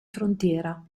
frontiera